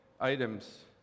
items